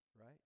right